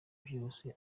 byose